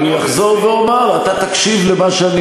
אני אחזור ואומר, אתה תקשיב למה שאני